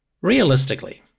Realistically